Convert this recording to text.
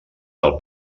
del